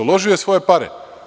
Uložio je svoje pare.